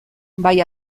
bai